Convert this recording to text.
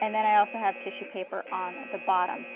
and then i also have tissue paper on the bottom.